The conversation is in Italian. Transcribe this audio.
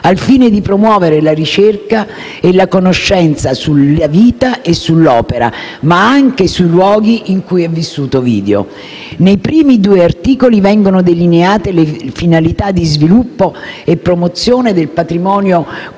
al fine di promuovere la ricerca e la conoscenza della vita e dell'opera, ma anche dei luoghi in cui è vissuto Ovidio. Nei primi due articoli vengono delineate le finalità di sviluppo e promozione del patrimonio culturale